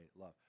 love